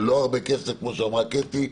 זה לא הרבה כסף, כמו שאמרה קטי.